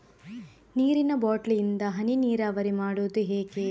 ನೀರಿನಾ ಬಾಟ್ಲಿ ಇಂದ ಹನಿ ನೀರಾವರಿ ಮಾಡುದು ಹೇಗೆ?